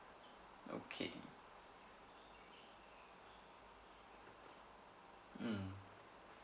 okay mm